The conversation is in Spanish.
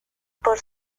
por